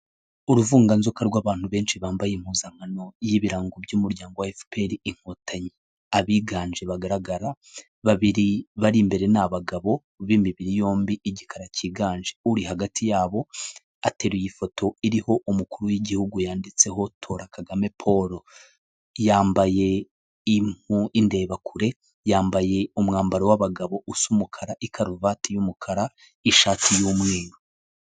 Uruvunganzoka rw'abantu benshi bambaye impuzankano y'ibirango by'umuryango wa efuperi inkotanyi, abiganje bagaragara babiri bari imbere ni abagabo b'imibiri yombi igikara cyiganje, uri hagati yabo ateruye ifoto iriho umukuru w'igihugu yanditseho tora Kagame Paul, yambaye indebakure yambaye umwambaro w'abagabo usa umukara ikaruvati y'umukara n'ishati y'umweru.